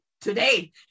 today